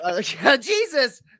jesus